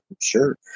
sure